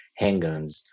handguns